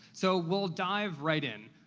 so we'll dive right in.